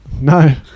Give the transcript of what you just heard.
no